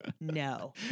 no